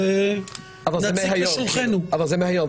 תחסכו את ועדת החריגים, תורידו עומס.